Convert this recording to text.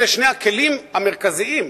אלה שני הכלים המרכזיים,